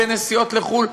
בנסיעות לחו"ל,